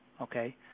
okay